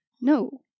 No